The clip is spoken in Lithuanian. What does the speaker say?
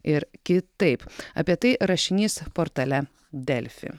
ir kitaip apie tai rašinys portale delfi